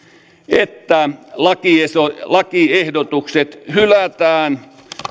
että lakiehdotukset hylätään